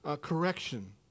correction